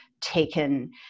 taken